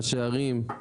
ראשי ערים,